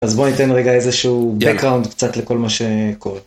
אז בוא ניתן רגע איזשהו background קצת לכל מה שקורה.